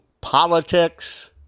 politics